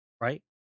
right